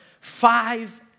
five